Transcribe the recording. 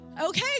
Okay